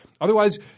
Otherwise